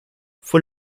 fue